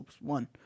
one